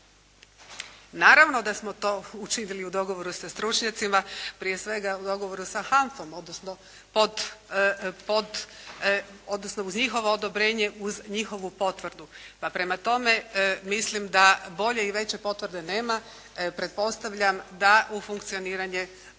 Naravno da smo to učinili u dogovoru sa stručnjacima, prije svega u dogovoru sa HANF-om odnosno uz njihovo odobrenje odnosno uz njihovu potvrdu. Pa prema tome mislim da bolje i veće potvrde nema. Pretpostavljam da u funkcioniranje HANF-e